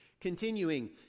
Continuing